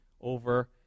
over